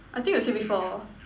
I think you say before